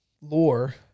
lore